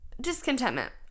discontentment